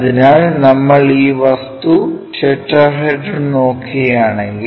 അതിനാൽ നമ്മൾ ഈ വസ്തു ടെട്രഹെഡ്രോൺ നോക്കുകയാണെങ്കിൽ